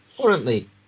currently